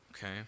Okay